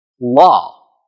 law